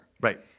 right